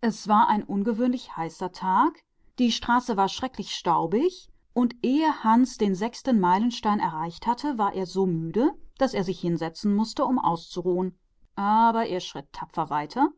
es war ein sehr heißer tag und die landstraße war schrecklich staubig und bevor hans den sechsten meilenstein erreichte war er schon so müde daß er sich hinsetzen und ausruhen mußte aber gleich schritt er wieder tapfer vorwärts